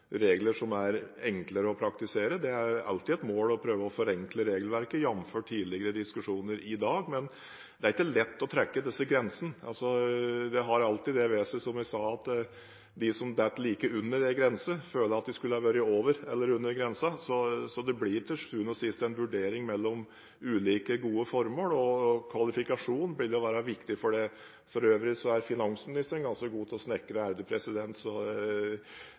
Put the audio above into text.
regler som er enklere å praktisere. Det er alltid et mål å prøve å forenkle regelverket, jf. tidligere diskusjoner i dag, men det er ikke lett å trekke disse grensene. Dette har alltid det ved seg, som jeg sa, at de som detter like under en grense, føler at de skulle vært over denne grensen. Så det blir til syvende og sist en vurdering mellom ulike gode formål, og kvalifikasjon vil være viktig. For øvrig er finansministeren ganske god til å snekre, men jeg er heller ikke momspliktig, for å si det